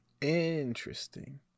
interesting